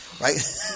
right